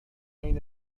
این